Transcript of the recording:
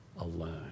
alone